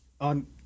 on